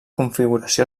configuració